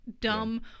dumb